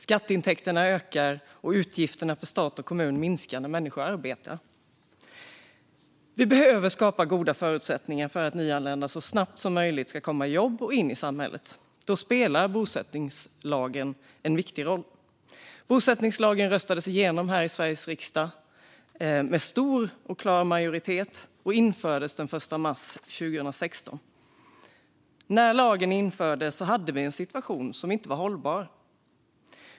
Skatteintäkterna ökar och utgifterna för stat och kommun minskar när människor arbetar. Vi behöver skapa goda förutsättningar för nyanlända att så snabbt som möjligt komma i jobb och in i samhället. Då spelar bosättningslagen en viktig roll. Bosättningslagen röstades igenom här i Sveriges riksdag med stor och klar majoritet och infördes den 1 mars 2016. När lagen infördes hade vi en situation som inte var hållbar.